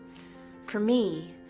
for me,